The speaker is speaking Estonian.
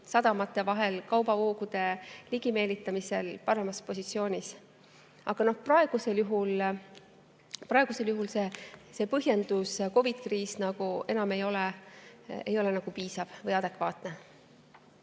sadamate vahel kaubavoogude ligimeelitamisel paremas positsioonis. Aga praegusel juhul see põhjendus, COVID-i kriis, ei ole enam piisav või adekvaatne. Ja